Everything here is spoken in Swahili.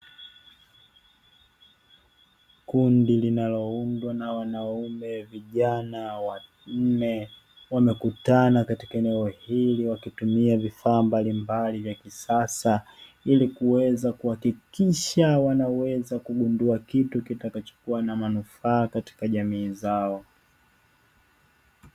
Kundi linaloundwa na wanaume vijana wanne wamekutana katika eneo hili wakitumia vifaa mbalimbali vya kisasa, ili kuweza kuhakikisha wanaweza kugundua kitu kitakachokua na manufaa katika jamii zao.